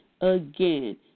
again